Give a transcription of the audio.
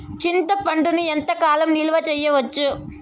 చింతపండును ఎంత కాలం నిలువ చేయవచ్చు?